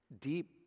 deep